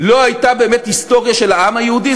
לא הייתה באמת היסטוריה של העם היהודי,